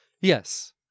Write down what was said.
Yes